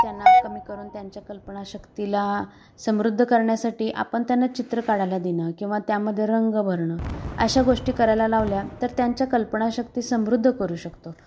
त्यांना कमी करून त्यांच्या कल्पनाशक्तीला समृद्ध करण्यासाठी आपण त्यांना चित्र काढायला देणं किंवा त्यामध्ये रंग भरणं अशा गोष्टी करायला लावल्या तर त्यांच्या कल्पनाशक्ती समृद्ध करू शकतो